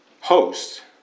host